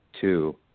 two